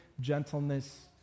gentleness